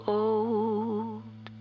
old